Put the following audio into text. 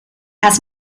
has